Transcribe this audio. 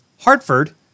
Hartford